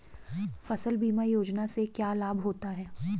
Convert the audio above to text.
फसल बीमा योजना से क्या लाभ होता है?